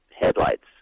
headlights